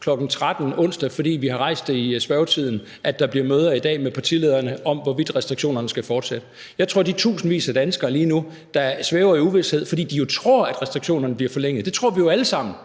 kl. 13.00 onsdag, fordi vi har rejst det i spørgetiden, at der bliver møder i dag med partilederne om, hvorvidt restriktionerne skal fortsætte. Jeg tror, at de tusindvis af danskere, der lige nu svæver i uvished, fordi de tror, at restriktionerne bliver forlænget; det tror vi jo alle sammen.